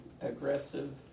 aggressive